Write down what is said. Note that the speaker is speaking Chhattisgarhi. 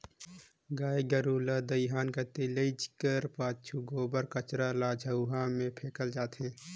गाय गरू ल दईहान कती लेइजे कर पाछू गोबर कचरा ल झउहा मे फेकल जाथे